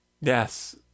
Yes